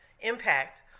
impact